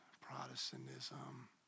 Protestantism